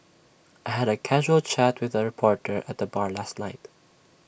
I had A casual chat with A reporter at the bar last night